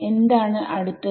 എന്താണ് അടുത്തത്